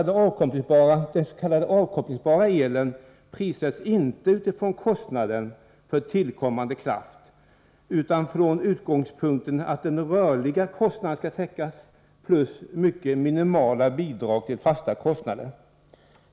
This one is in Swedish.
Den s.k. avkopplingsbara elen prissätts inte utifrån kostnaden för tillkommande kraft utan från utgångspunkten att den rörliga kostnaden skall täckas, plus ett mycket minimalt bidrag till den fasta kostnaden.